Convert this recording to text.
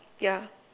yeah